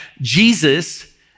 Jesus